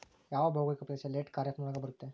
ಯಾವ ಭೌಗೋಳಿಕ ಪ್ರದೇಶ ಲೇಟ್ ಖಾರೇಫ್ ನೊಳಗ ಬರುತ್ತೆ?